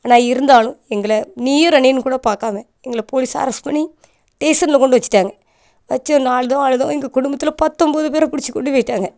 ஆனால் இருந்தாலும் எங்களை கூட பார்க்காம எங்களை போலீஸ் அரஸ் பண்ணி ஸ்டேஷனில் கொண்டு வச்சிட்டாங்க வச்ச நான் அழுதோம் அழுதோம் எங்கள் குடும்பத்தில் பத்தொம்போது பேரை பிடிச்சு கொண்டு போயிட்டாங்க